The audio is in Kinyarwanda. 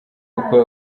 uko